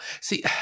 See